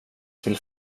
till